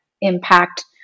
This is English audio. impact